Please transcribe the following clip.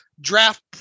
draft